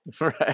Right